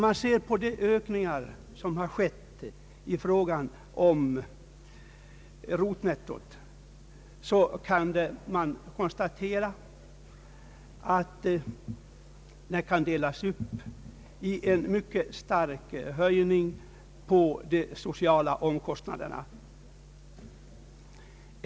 Vad beträffar de ökningar som skett i fråga om rotnettot kan det konstateras en mycket stark höjning av de sociala omkostnaderna.